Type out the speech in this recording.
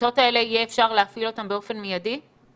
יהיה אפשר להפעיל את המיטות האלה באופן מיידי?